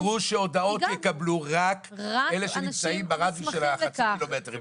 נקבע שהודעות יקבלו רק אלה שנמצאים ברדיוס של חצי קילומטר,